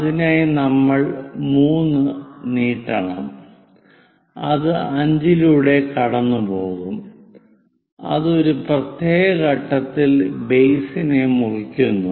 അതിനായി നമ്മൾ 3 നീട്ടണം അത് 5 ലൂടെ കടന്നുപോകും അത് ഒരു പ്രത്യേക ഘട്ടത്തിൽ ബേസിനെ മുറിക്കുന്നു